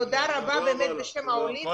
תודה רבה באמת בשם העולים ובשם המשרד.